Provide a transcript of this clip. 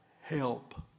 help